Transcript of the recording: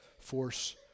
force